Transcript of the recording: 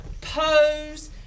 pose